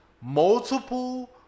Multiple